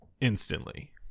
instantly